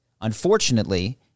unfortunately